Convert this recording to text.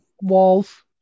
walls